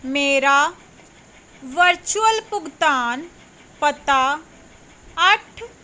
ਮੇਰਾ ਵਰਚੁਅਲ ਭੁਗਤਾਨ ਪਤਾ ਅੱਠ